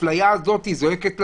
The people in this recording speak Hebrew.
האפליה הזאת זועקת לשמים.